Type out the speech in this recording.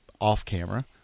off-camera –